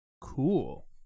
Cool